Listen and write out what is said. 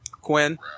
Quinn